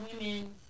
women